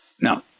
Now